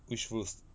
which flu